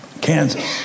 Kansas